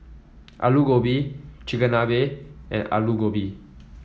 Alu Gobi Chigenabe and Alu Gobi